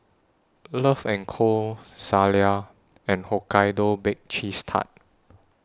Love and Co Zalia and Hokkaido Baked Cheese Tart